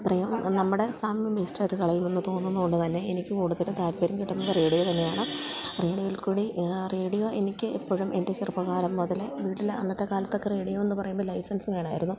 അത്രയും നമ്മുടെ സമയം വേസ്റ്റായിട്ട് കളയുമെന്ന് തോന്നുന്നതുകൊണ്ട് തന്നെ എനിക്ക് കൂടുതൽ താല്പര്യം കിട്ടുന്നത് റേഡിയോ തന്നെയാണ് റേഡിയോ എനിക്കെപ്പോഴും എൻ്റെ ചെറുപ്പകാലം മുതലേ വീട്ടില് അന്നത്തെക്കാലത്തൊക്കെ റേഡിയോയെന്ന് പറയുമ്പോള് ലൈസൻസ് വേണമായിരുന്നു